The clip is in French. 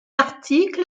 article